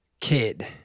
kid